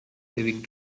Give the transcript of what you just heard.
living